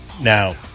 Now